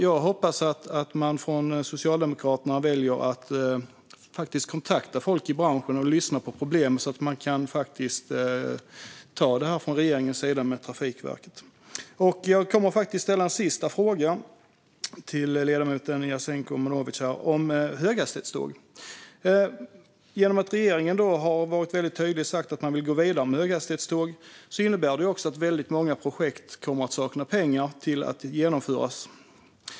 Jag hoppas därför att man från Socialdemokraterna väljer att kontakta folk i branschen och lyssna till vilka problemen är så att man från regeringens sida kan ta detta med Trafikverket. Jag kommer att ställa en sista fråga till ledamoten Jasenko Omanovic om höghastighetståg. Regeringen har väldigt tydligt sagt att man vill gå vidare med höghastighetståg, och det innebär att många projekt kommer att sakna pengar för genomförandet.